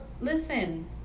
listen